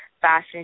fashion